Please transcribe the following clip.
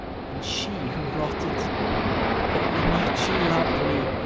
and she who wrought it oh! and yet she loved me,